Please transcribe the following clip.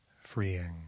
freeing